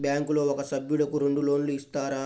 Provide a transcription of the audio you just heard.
బ్యాంకులో ఒక సభ్యుడకు రెండు లోన్లు ఇస్తారా?